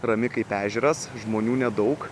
rami kaip ežeras žmonių nedaug